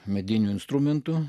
mediniu instrumentu